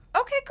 Okay